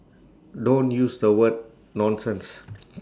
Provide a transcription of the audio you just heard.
don't use the word nonsense